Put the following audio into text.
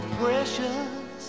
precious